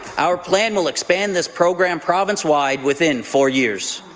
our plan will expand this program province-wide within four years.